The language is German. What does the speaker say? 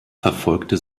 verfolgte